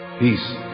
Peace